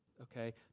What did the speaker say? okay